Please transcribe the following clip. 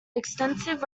extensive